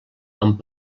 amb